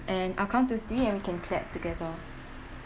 and I'll count to three and we can clap together